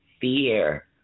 fear